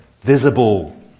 visible